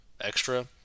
extra